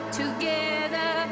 together